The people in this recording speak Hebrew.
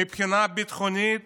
מבחינה ביטחונית